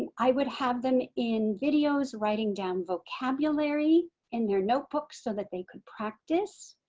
and i would have them in videos writing down vocabulary in their notebooks so that they could practice.